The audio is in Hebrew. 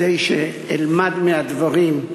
כדי שאלמד מהדברים.